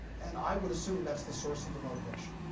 and i would assume that's the source of the motivation.